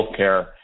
healthcare